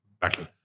battle